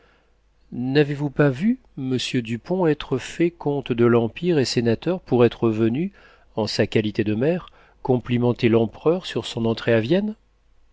n'avez-vous pas vu monsieur dupont être fait comte de l'empire et sénateur pour être venu en sa qualité de maire complimenter l'empereur sur son entrée à vienne